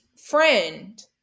friend